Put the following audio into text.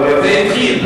זה התחיל.